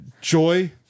Joy